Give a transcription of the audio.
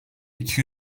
iki